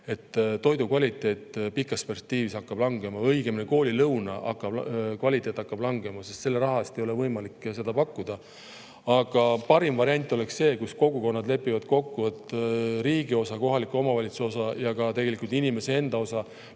et toidu kvaliteet hakkab pikas perspektiivis langema, õigemini, koolilõuna kvaliteet hakkab langema, sest selle raha eest ei ole võimalik seda pakkuda. Parim variant oleks see, et kogukonnad lepivad kokku, et riigi osa, kohaliku omavalitsuse osa ja tegelikult ka inimese enda osa